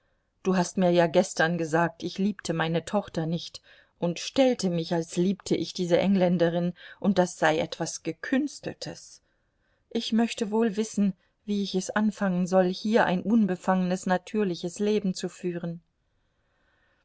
du hast mir ja gestern gesagt ich liebte meine tochter nicht und stellte mich als liebte ich diese engländerin und das sei etwas gekünsteltes ich möchte wohl wissen wie ich es anfangen soll hier ein unbefangenes natürliches leben zu führen